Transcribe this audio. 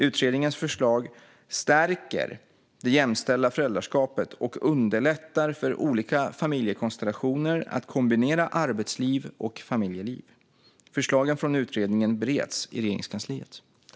Utredningens förslag stärker det jämställda föräldraskapet och underlättar för olika familjekonstellationer att kombinera arbetsliv och familjeliv. Förslagen från utredningen bereds i Regeringskansliet.